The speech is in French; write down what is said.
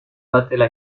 battaient